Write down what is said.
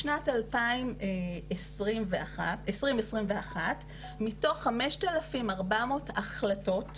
בשנת 2021 מתוך 5,400 החלטות